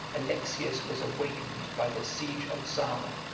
alexius was awakened by the siege of zara,